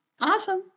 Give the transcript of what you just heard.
Awesome